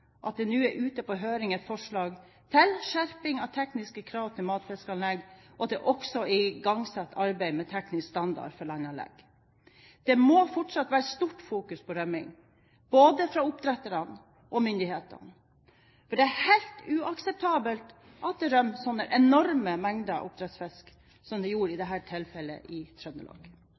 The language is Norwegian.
at det nå er ute på høring et forslag til skjerping av tekniske krav til matfiskanlegg, og at det også er igangsatt arbeid med en teknisk standard for landanlegg. Det må fortsatt være stort fokus på rømming, både fra oppdretterne og myndighetene, for det er helt uakseptabelt at det rømmer slike enorme mengder oppdrettsfisk som det gjorde i dette tilfellet i Trøndelag.